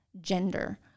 gender